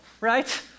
right